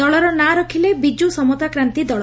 ଦଳର ନାଁ ରଖିଲେ ବିଜୁ ସମତାକ୍ରାନ୍ତି ଦଳ